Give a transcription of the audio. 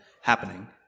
happening